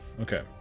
Okay